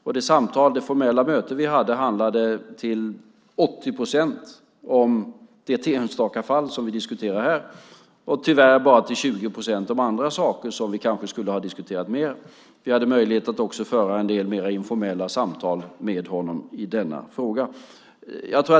De samtal som vi hade vid det formella mötet handlade till 80 procent om det enstaka fall som vi nu diskuterar och tyvärr bara till 20 procent om andra saker som vi kanske skulle ha diskuterat mer. Vi hade möjlighet att också föra en del mer informella samtal med honom i denna fråga.